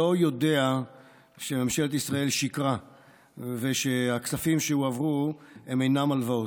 לא יודע שממשלת ישראל שיקרה ושהכספים שהועברו הם אינם הלוואות.